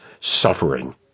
suffering